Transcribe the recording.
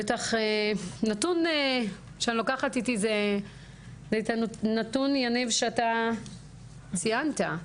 נתון שאני לוקחת איתי זה את הנתון יניב שאתה ציינת.